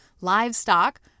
Livestock